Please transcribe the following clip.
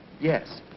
Yes